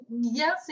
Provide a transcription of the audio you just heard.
yes